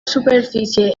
superfície